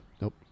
Nope